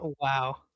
Wow